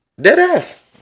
Deadass